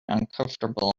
uncomfortable